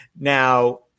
Now